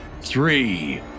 three